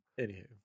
Anywho